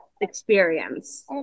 experience